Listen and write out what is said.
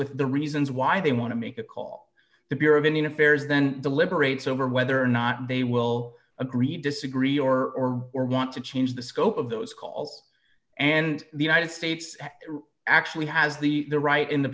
with the reasons why they want to make the call the bureau of indian affairs then the liberates over whether or not they will agree disagree or or want to change the scope of those calls and the united states actually has the the right in the